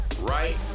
right